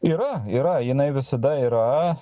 yra yra jinai visada yra